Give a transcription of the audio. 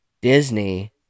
Disney